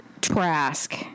Trask